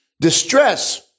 distress